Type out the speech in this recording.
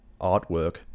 artwork